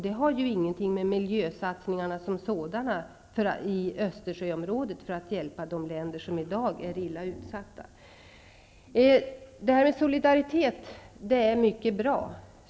Detta har ingenting att göra med miljösatsningarna som sådana i Östersjöområdet för att hjälpa de länder som i dag är illa utsatta. Det här med solidaritet är mycket bra.